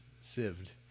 sieved